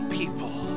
people